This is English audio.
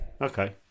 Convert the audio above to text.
okay